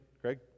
Craig